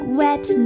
wet